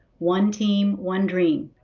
one team one dream.